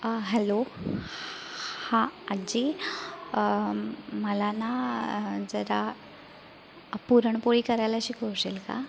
hello हा आजी मला ना जरा पुरणपोळी करायला शिकवशील का